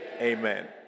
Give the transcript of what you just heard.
Amen